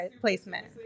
placement